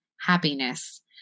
happiness